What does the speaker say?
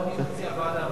אני מציע ועדה.